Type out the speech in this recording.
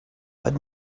but